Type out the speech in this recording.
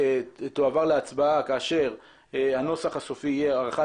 תועבר להצבעה כאשר הנוסח הסופי יהיה הארכת